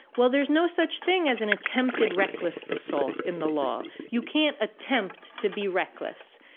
well, there's no such thing as an attempted reckless assault in the law. you can't attempt to be reckless.